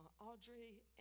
Audrey